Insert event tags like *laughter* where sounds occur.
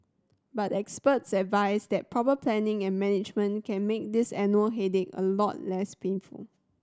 but experts advise that proper planning and management can make this *unintelligible* headache a lot less painful